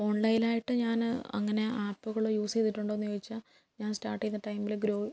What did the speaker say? ഓൺലൈനായിട്ട് ഞാന് അങ്ങനെ ആപ്പുകള് യൂസ് ചെയ്തിട്ടുണ്ടോന്ന് ചോദിച്ചാൽ ഞാൻ സ്റ്റാർട്ട് ചെയ്ത് ടൈമില് ഡ്രോ